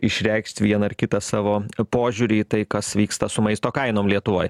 išreikšt vieną ar kitą savo požiūrį į tai kas vyksta su maisto kainom lietuvoj